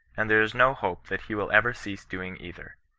and there is no hope that he will ever cease doing either.